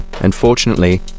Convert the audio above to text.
Unfortunately